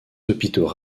hôpitaux